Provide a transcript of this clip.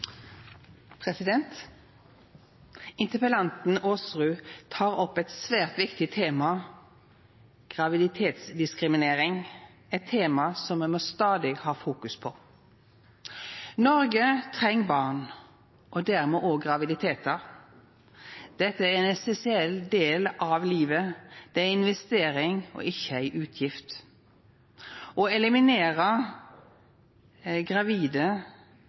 Interpellanten Aasrud tek opp eit svært viktig tema, graviditetsdiskriminering, eit tema me stadig må fokusera på. Noreg treng barn og dermed òg graviditetar. Dette er ein essensiell del av livet. Det er ei investering, ikkje ei utgift. Å eliminera gravide